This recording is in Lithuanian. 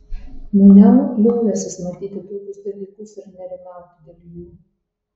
maniau liovęsis matyti tokius dalykus ir nerimauti dėl jų